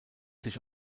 sich